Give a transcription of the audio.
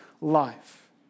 life